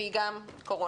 והיא גם קורונה.